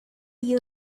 you